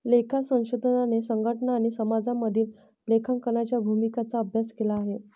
लेखा संशोधनाने संघटना आणि समाजामधील लेखांकनाच्या भूमिकांचा अभ्यास केला आहे